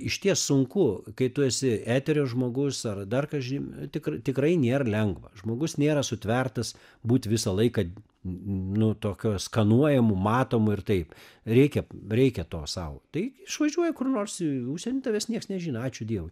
išties sunku kai tu esi eterio žmogus ar dar kažin tikr tikrai nėr lengva žmogus nėra sutvertas būt visą laiką nu tokiu skanuojamu matomu ir taip reikia reikia to sau tai išvažiuoji kur nors į užsienį tavęs nieks nežino ačiū dievui